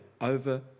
over